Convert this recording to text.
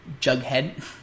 Jughead